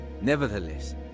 Nevertheless